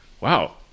wow